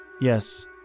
Yes